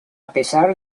pesar